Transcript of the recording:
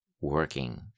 working